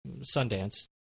Sundance